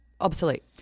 obsolete